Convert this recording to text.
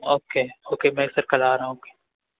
okay okay میں پھر کل آ رہا ہوں اوکے